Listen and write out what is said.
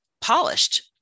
polished